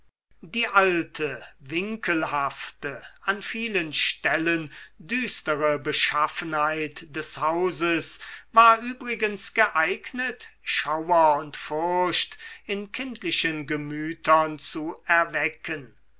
die alte winkelhafte an vielen stellen düstere beschaffenheit des hauses war übrigens geeignet schauer und furcht in kindlichen gemütern zu erwecken